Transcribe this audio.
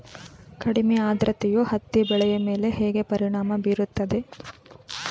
ಕಡಿಮೆ ಆದ್ರತೆಯು ಹತ್ತಿ ಬೆಳೆಯ ಮೇಲೆ ಹೇಗೆ ಪರಿಣಾಮ ಬೀರುತ್ತದೆ?